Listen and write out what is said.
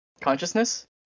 consciousness